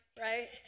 right